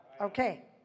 Okay